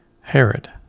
Herod